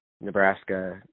Nebraska